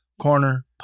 Corner